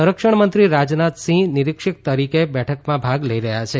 સંરક્ષણ મંત્રી રાજનાથ સિંહ નિરીક્ષક તરીકે બેઠકમાં ભાગ લઇ રહ્યા છે